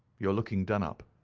you are looking done-up.